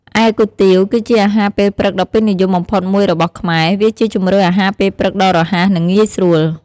ឯគុយទាវ គឺជាអាហារពេលព្រឹកដ៏ពេញនិយមបំផុតមួយរបស់ខ្មែរ វាជាជម្រើសអាហារពេលព្រឹកដ៏រហ័ស និងងាយស្រួល។